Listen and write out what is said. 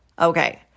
Okay